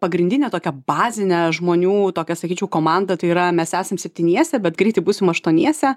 pagrindinė tokia bazinė žmonių tokia sakyčiau komanda tai yra mes esam septyniese bet greitai būsim aštuoniese